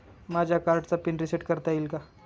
माझ्या कार्डचा PIN reset करता येईल का?